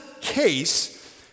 case